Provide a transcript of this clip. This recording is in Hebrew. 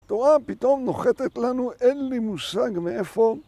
תורה פתאום נוחתת לנו, אין לי מושג מאיפה.